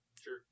Sure